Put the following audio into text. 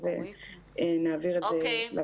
אז אנחנו נעביר את זה לוועדה.